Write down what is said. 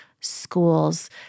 schools